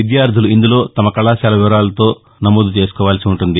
విద్యార్థులు ఇందులో తమ కళాశాల వివరాలతో నమోదు చేసుకోవాల్సి ఉంటుంది